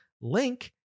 Link